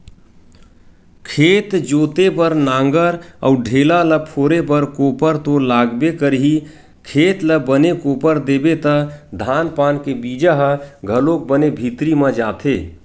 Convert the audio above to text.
खेत जोते बर नांगर अउ ढ़ेला ल फोरे बर कोपर तो लागबे करही, खेत ल बने कोपर देबे त धान पान के बीजा ह घलोक बने भीतरी म जाथे